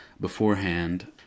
beforehand